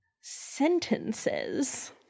sentences